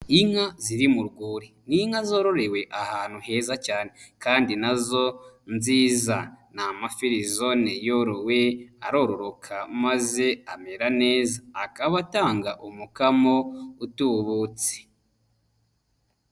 Inka ziri mu rwuri ni inka zororewe ahantu heza cyane kandi nazo nziza, ni amafirizone yorowe aroroka maze amera neza, akaba atanga umukamo utubutse.